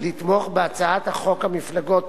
לתמוך בהצעת חוק המפלגות (תיקון,